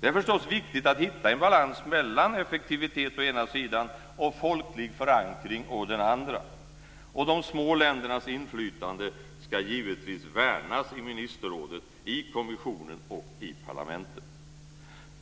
Det är förstås viktigt att hitta en balans mellan effektivitet å ena sidan och folklig förankring å den andra. De små ländernas inflytande ska givetvis värnas i ministerrådet, i kommissionen och i parlamentet.